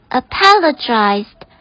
apologized